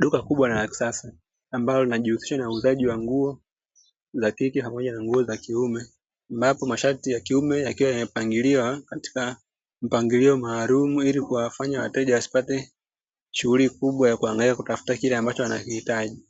Duka kubwa na la kisasa, ambalo linajihusisha na uuzaji wa nguo za kike pamoja na nguo za kiume, ambapo mashati ya kiume yakiwa yamepangiliwa katika mpangilio maalumu, ili kuwafanya wateja wasipate shughuli kubwa ya kuangalia kutafuta kile ambacho wanakihitaji,